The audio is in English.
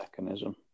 mechanism